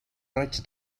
raig